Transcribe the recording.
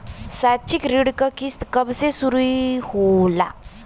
शैक्षिक ऋण क किस्त कब से शुरू होला?